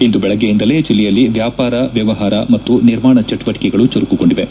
ಇಂದು ಬೆಳಗ್ಗೆಯಿಂದಲೇ ಜಲ್ಲೆಯಲ್ಲಿ ವ್ಯಾಪಾರ ವ್ಯವಹಾರ ಮತ್ತು ನಿರ್ಮಾಣ ಚಟುವಟಿಕೆಗಳು ಚುರುಕುಗೊಂಡಿವೆ